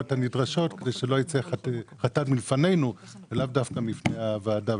הנדרשות כדי שלא נצטרך --- ולאו דווקא בפני הוועדה.